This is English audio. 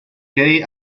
gay